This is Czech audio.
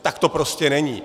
Tak to prostě není.